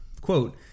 quote